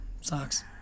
Sucks